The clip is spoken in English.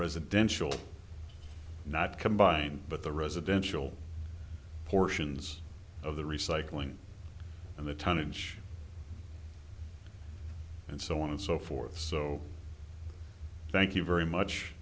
residential not combined but the residential portions of the recycling and the tonnage and so on and so forth so thank you very much